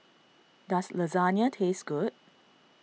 does Lasagne taste good